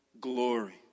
glory